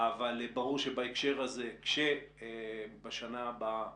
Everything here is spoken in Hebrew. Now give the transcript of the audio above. אבל ברור שבהקשר הזה כשבשנה הבאה